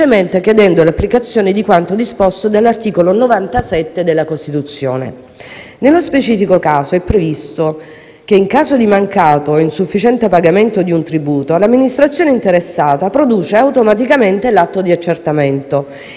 Nello specifico, è previsto che, in caso di mancato o insufficiente pagamento di un tributo, l'amministrazione interessata produca automaticamente l'atto di accertamento. In seguito all'accertamento, l'amministrazione informa il cittadino circa la facoltà